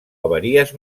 avaries